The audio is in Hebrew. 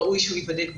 ראוי שהוא ייבדק בכניסה.